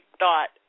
thought